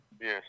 yes